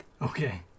Okay